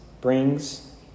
brings